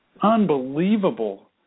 Unbelievable